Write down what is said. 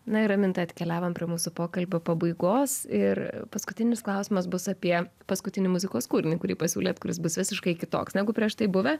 na ir raminta atkeliavom prie mūsų pokalbio pabaigos ir paskutinis klausimas bus apie paskutinį muzikos kūrinį kurį pasiūlėt kuris bus visiškai kitoks negu prieš tai buvę